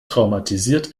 traumatisiert